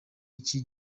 iki